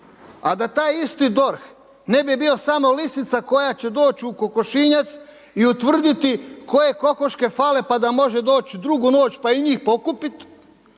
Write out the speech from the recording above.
A da taj isti DORH, ne bi bio samo lisica koja će doći u kokošinjac i utvrditi koje kokoške fale pa da može doći drugu noć pa i njih pokupit,